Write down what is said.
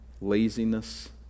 Laziness